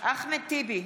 אחמד טיבי,